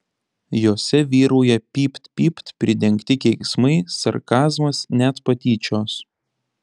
jose vyrauja pypt pypt pridengti keiksmai sarkazmas net patyčios